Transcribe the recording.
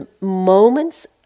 moments